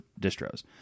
distros